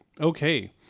Okay